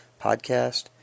podcast